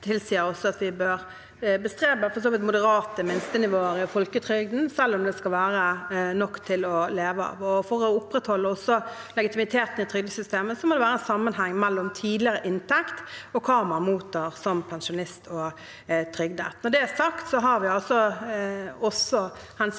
ha for så vidt moderate minstenivåer i folketrygden, selv om det skal være nok til å kunne leve av. For å opprettholde legitimiteten til trygdesystemet må det også være en sammenheng mellom tidligere inntekt og hva man mottar som pensjonist og trygdet. Når det er sagt, har vi også tatt